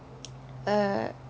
err